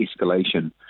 escalation